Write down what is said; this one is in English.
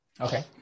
Okay